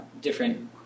different